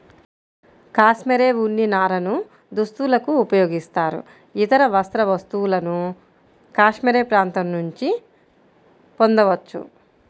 cashmere ఉన్ని నారను దుస్తులకు ఉపయోగిస్తారు, ఇతర వస్త్ర వస్తువులను కాష్మెరె ప్రాంతం నుండి పొందవచ్చు